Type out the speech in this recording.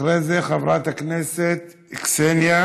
אחרי זה, חברת הכנסת קסניה